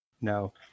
no